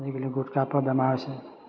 আজিকালি গুটকা পা বেমাৰ হৈছে